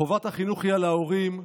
חובת החינוך היא על ההורים,